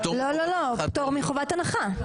לא הכרתי את המשפט הזה אבל הוא יפה.